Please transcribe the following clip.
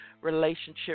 Relationship